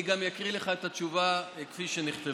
אני גם אקריא לך את התשובה כפי שנכתבה.